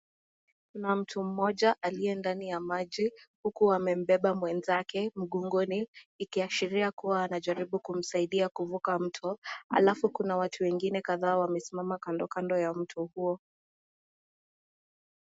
Kuna mtu mmoja aliye ndani ya maji, huku wamembeba mwenzake mgongoni ikiashiria kuwa wanajaribu kumsaidia kuvuka mto. Alafu kuna watu wengine ambao wamesimama kandokando ya mto huo.